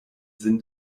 sinn